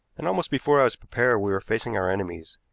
and, almost before i was prepared, we were facing our enemies,